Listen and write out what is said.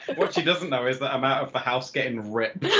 what she doesn't know is that i'm out of the house getting ripped.